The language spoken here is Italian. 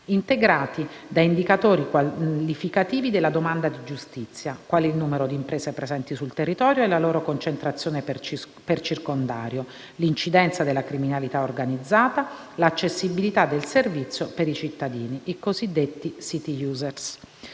integrati da indicatori qualificativi della domanda di giustizia, quali il numero di imprese presenti sul territorio e la loro concentrazione per circondario, l'incidenza della criminalità organizzata, l'accessibilità del servizio per i cittadini (i cosiddetti *city user*).